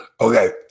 Okay